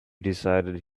decided